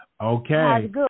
Okay